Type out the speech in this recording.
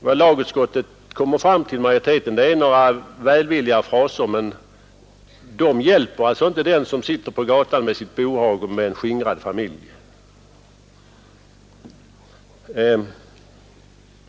Vad majoriteten i lagutskottet kommit fram till är några välvilliga fraser, men de hjälper inte den som sitter på gatan med sitt bohag och med en skingrad familj.